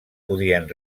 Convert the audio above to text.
podien